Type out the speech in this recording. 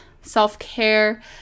self-care